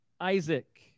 Isaac